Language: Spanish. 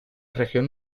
región